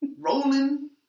Rolling